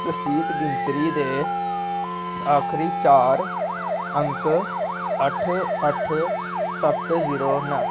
रसीद गिनतरी दे आखरी चार अंक अट्ठ अट्ठ सत्त जीरो न